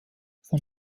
von